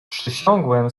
przysiągłem